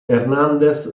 hernández